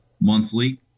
monthly